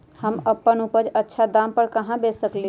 हम अपन उपज अच्छा दाम पर कहाँ बेच सकीले ह?